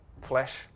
flesh